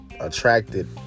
attracted